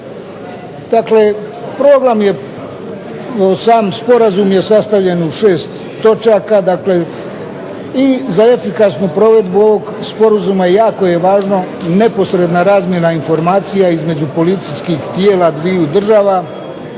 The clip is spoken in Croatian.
sam sporazum je sastavljen u šest točaka i za efikasnu provedbu ovog sporazuma jako je važna neposredna razmjena informacija između policijskih tijela dviju država.